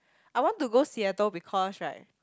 I want to go Seattle because right